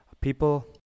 people